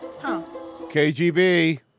KGB